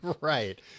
right